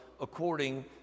according